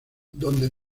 donde